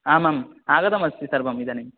आमाम् आगतमस्ति सर्वं इदानीं